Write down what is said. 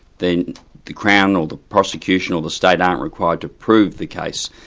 then the crown or the prosecution or the state aren't required to prove the case,